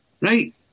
Right